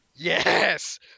Yes